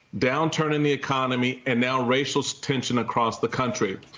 downturn in the economy. and now racial so tension across the country.